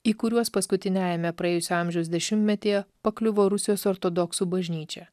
į kuriuos paskutiniajame praėjusio amžiaus dešimtmetyje pakliuvo rusijos ortodoksų bažnyčia